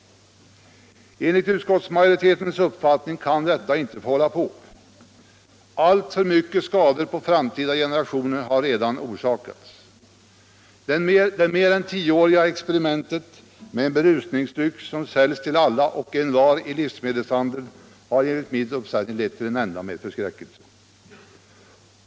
Enligt utskottsmajoritetens uppfattning kan detta inte få fortsätta. Alltför mycket skador på framtida generationer har redan orsakats. Det mer än tioåriga experimentet med en berusningsdryck som säljs till alla och envar i livsmedelshandeln har enligt min uppfattning lett till en ända med förskräckelse.